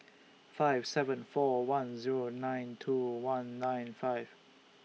five seven four one Zero nine two one nine five